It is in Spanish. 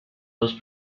dos